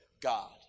God